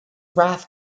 wrath